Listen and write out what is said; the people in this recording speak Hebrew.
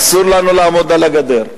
אסור לנו לעמוד על הגדר.